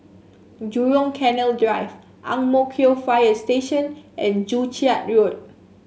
Jurong Canal Drive Ang Mo Kio Fire Station and Joo Chiat Road